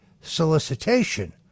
solicitation